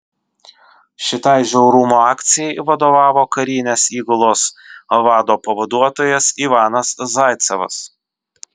šitai žiaurumo akcijai vadovavo karinės įgulos vado pavaduotojas ivanas zaicevas